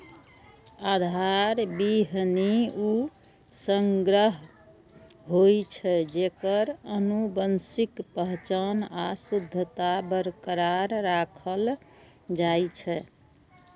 आधार बीहनि ऊ संग्रह होइ छै, जेकर आनुवंशिक पहचान आ शुद्धता बरकरार राखल जाइ छै